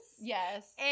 yes